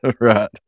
Right